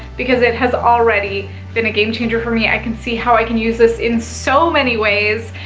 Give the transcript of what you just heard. because it has already been a game changer for me. i can see how i can use this in so many ways.